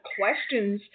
questions